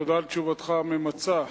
תודה על תשובתך הממצה.